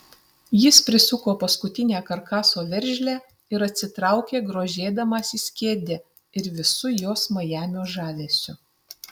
jis prisuko paskutinę karkaso veržlę ir atsitraukė grožėdamasis kėde ir visu jos majamio žavesiu